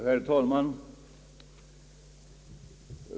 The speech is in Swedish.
Herr talman!